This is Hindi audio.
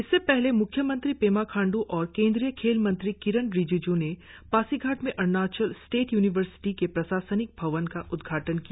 इससे पहले म्ख्यमंत्री पेमा खांड् और केंद्रीय खेल मंत्री किरेन रिजिज् ने पासीघाट में अरुणाचल स्टेट यूनिवर्सिटी के प्रशासनिक भवन का उद्घाटन किया